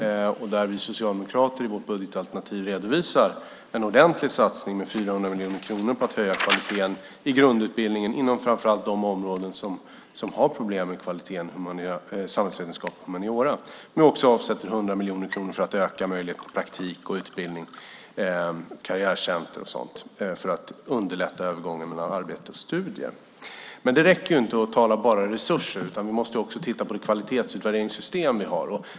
Däremot redovisar vi socialdemokrater i vårt budgetalternativ en ordentlig satsning med 400 miljoner kronor för att höja kvaliteten i grundutbildningen inom framför allt de områden som har problem med kvaliteten, samhällsvetenskap och humaniora. Vi avsätter också 100 miljoner kronor för att öka möjligheten till praktik, utbildning och karriärcenter för att underlätta övergången mellan arbete och studier. Men det räcker inte att bara tala om resurser, utan vi måste också titta på kvalitetsutvärderingssystemet.